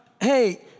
hey